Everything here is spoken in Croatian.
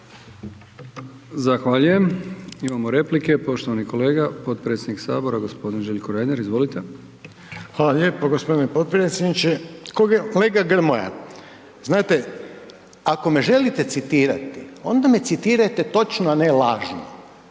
Zahvaljujem. Imamo replike, poštovani kolega potpredsjednik HS, g. Željko Reiner, izvolite. **Reiner, Željko (HDZ)** Hvala lijepo g. potpredsjedniče. Kolega Grmoja, znate ako me želite citirati onda me citirajte točno, a ne lažno,